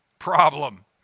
problem